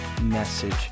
message